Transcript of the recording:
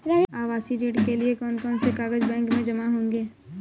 आवासीय ऋण के लिए कौन कौन से कागज बैंक में जमा होंगे?